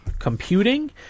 computing